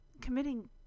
committing